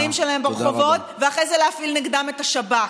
שלהם ברחובות ואחרי זה להפעיל נגדם את השב"כ.